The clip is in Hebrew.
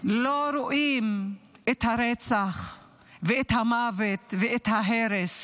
לא רואים את הרצח ואת המוות ואת ההרס